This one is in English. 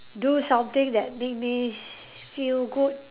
do something that make me feel good